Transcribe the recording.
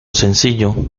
sencillo